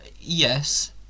Yes